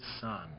son